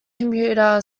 computer